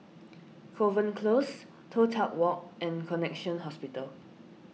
Kovan Close Toh Tuck Walk and Connexion Hospital